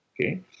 Okay